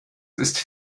ist